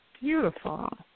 Beautiful